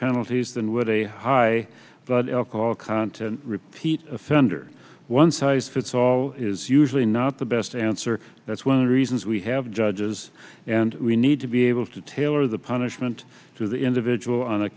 penalties than would a high content repeat offender one size fits all is usually not the best answer that's one of reasons we have judges and we need to be able to tailor the punishment to the individual on a